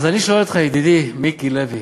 אז אני שואל אותך, ידידי מיקי לוי,